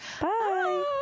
Bye